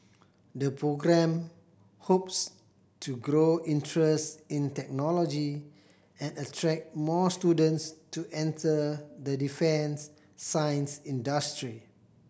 the programme hopes to grow interest in technology and attract more students to enter the defence science industry